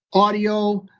audio.